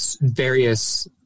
various